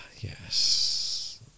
yes